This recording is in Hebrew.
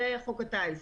זה חוק הטיס.